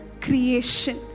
creation